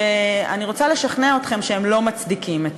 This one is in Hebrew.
שאני רוצה לשכנע אתכם שהם לא מצדיקים את